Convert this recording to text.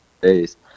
days